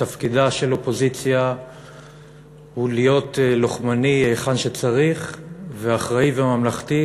תפקידה של אופוזיציה הוא להיות לוחמנית היכן שצריך ואחראית וממלכתית